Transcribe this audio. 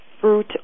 fruit